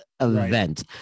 event